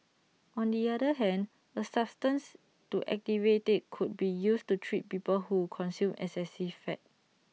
on the other hand A substance to activate IT could be used to treat people who consume excessive fat